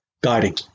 guiding